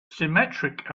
symmetric